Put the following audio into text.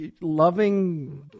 loving